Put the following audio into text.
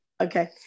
Okay